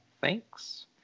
thanks